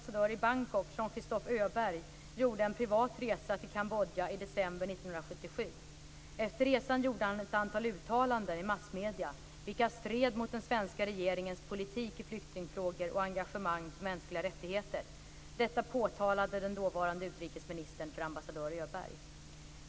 Christophe Öberg gjorde en privat resa till Kambodja i december 1977. Efter resan gjorde han ett antal uttalanden i massmedierna vilka stred mot den svenska regeringens politik i flyktingfrågor och engagemang för mänskliga rättigheter. Detta påtalade den dåvarande utrikesministern för ambassadör Öberg.